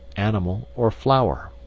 animal, or flower.